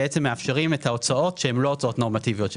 שמאפשרים את ההוצאות שהם לא הוצאות נורמטיביות,